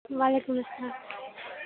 وعلیکم السلام